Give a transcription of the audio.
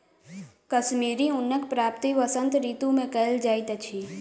कश्मीरी ऊनक प्राप्ति वसंत ऋतू मे कयल जाइत अछि